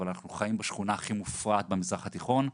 אבל אנחנו חיים בשכונה הכי מופרעת במזרח התיכון,